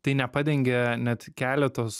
tai nepadengia net keletos